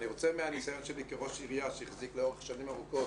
אני רוצה מהניסיון שלי כראש עירייה שהחזיק לאורך שנים ארוכות